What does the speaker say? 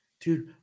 Dude